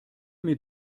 mir